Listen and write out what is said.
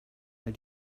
wnei